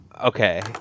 Okay